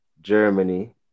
Germany